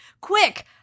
quick